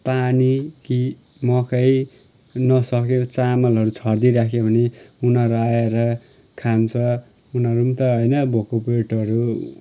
पानी कि मकै नसकेको चामलहरू छरिदिइराख्यो भने उनीहरू आएर खान्छ उनीहरू नि त होइन भोको पेटहरू